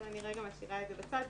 אבל אני רגע משאירה את זה בצד,